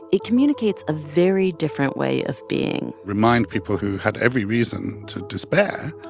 it communicates a very different way of being remind people who had every reason to despair